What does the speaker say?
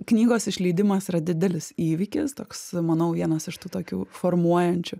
knygos išleidimas yra didelis įvykis toks manau vienas iš tų tokių formuojančių